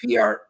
PR